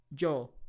yo